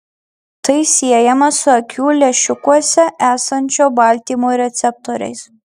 tai siejama su akių lęšiukuose esančio baltymo receptoriais